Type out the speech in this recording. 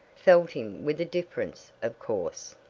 felt him with a difference, of course.